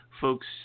folks